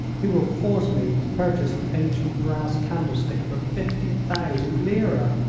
he will force me to purchase an ancient brass candlestick for fifty thousand lira.